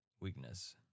weakness